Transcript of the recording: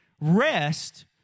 rest